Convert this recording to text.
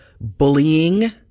bullying